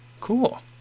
cool